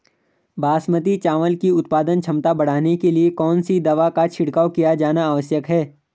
बासमती चावल की उत्पादन क्षमता बढ़ाने के लिए कौन सी दवा का छिड़काव किया जाना आवश्यक है?